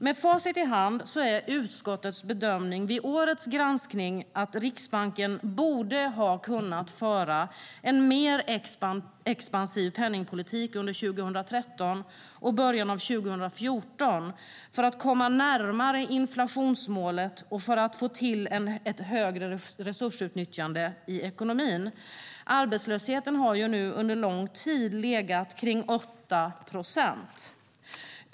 Med facit i hand är utskottets bedömning vid årets granskning att Riksbanken borde ha kunnat föra en mer expansiv penningpolitik under 2013 och början av 2014 för att komma närmare inflationsmålet och för att få till ett högre resursutnyttjande i ekonomin. Arbetslösheten har nu under lång tid legat kring 8 procent.